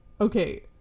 okay